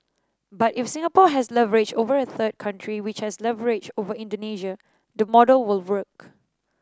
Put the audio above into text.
but if Singapore has leverage over a third country which has leverage over Indonesia the model will work